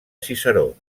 ciceró